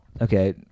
okay